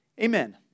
Amen